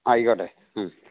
ആയിക്കോട്ടെ മ്മ്